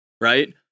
right